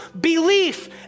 belief